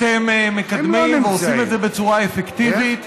אתם מקדמים ועושים את זה בצורה אפקטיבית,